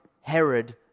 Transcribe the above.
Herod